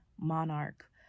monarch